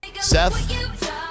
Seth